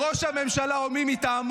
ראש הממשלה או מי מטעמו